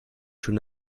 schon